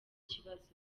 kibazo